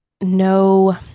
no